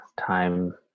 time